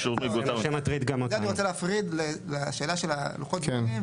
את זה אני רוצה להפריד לשאלה של הלוחות זמנים,